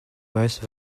most